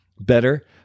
Better